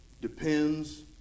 depends